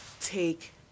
take